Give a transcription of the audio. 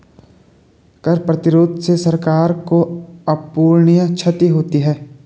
कर प्रतिरोध से सरकार को अपूरणीय क्षति होती है